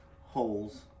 holes